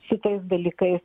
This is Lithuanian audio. su tais dalykais